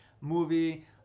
movie